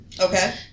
Okay